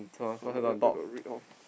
no where where where got read off